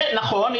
נכון.